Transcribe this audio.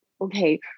okay